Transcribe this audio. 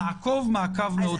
נעקוב מעקב צמוד מאוד.